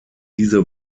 diese